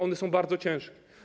One są bardzo ciężkie.